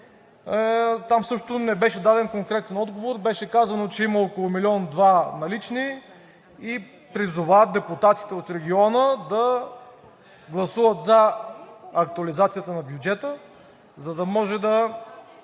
Там също не беше даден конкретен отговор. Беше казано, че има около милион-два налични и призова депутатите от региона да гласуват за актуализацията на бюджета, за да могат да